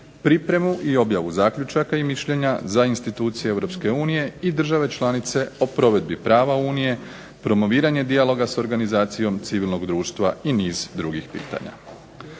pripremu i objavu zaključaka i mišljenja za institucije EU i države članice o provedbi prava Unije, promoviranje dijaloga s organizacijom civilnog društva i niz drugih pitanja.